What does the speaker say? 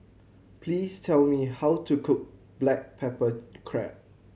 please tell me how to cook black pepper crab